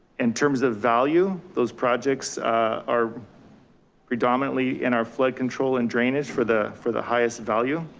in terms of value, those projects are predominantly in our flood control and drainage for the for the highest value.